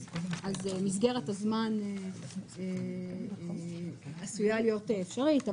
מסגרת הזמן עשויה להיות אפשרית,